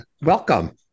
Welcome